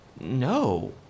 No